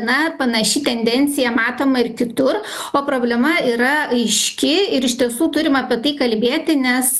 na panaši tendencija matoma ir kitur o problema yra aiški ir iš tiesų turim apie tai kalbėti nes